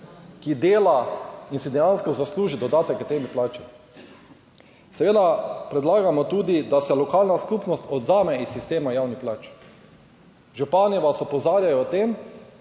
ki dela in si dejansko zasluži dodatek k tej plači. Seveda predlagamo tudi, da se lokalna skupnost odvzame iz sistema javnih plač. Župani vas opozarjajo o tem,